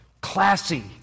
Classy